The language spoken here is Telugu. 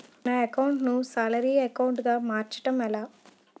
నా అకౌంట్ ను సాలరీ అకౌంట్ గా మార్చటం ఎలా?